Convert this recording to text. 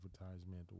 advertisement